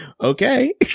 okay